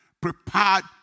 prepared